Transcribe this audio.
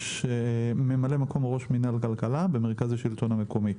ממלא מקום ראש מינהל כלכלה במרכז השלטון המקומי.